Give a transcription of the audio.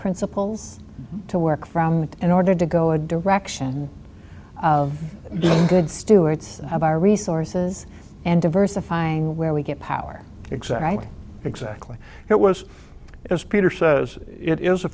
principles to work from in order to go a direction of good stewards of our resources and diversifying where we get power exactly exactly it was as peter says it is a